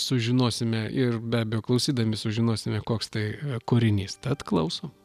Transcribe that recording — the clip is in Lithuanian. sužinosime ir be abejo klausydami sužinosime koks tai kūrinys tad klausom